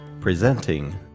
presenting